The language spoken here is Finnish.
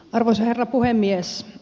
arvoisa herra puhemies